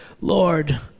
Lord